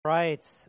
Right